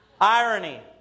Irony